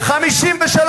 הממשלה לא,